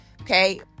Okay